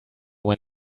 when